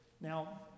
Now